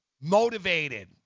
motivated